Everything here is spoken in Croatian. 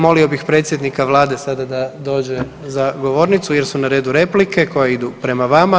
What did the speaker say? Molio bih predsjednika Vlade sada da dođe za govornicu jer su na redu replike koje idu prema vama.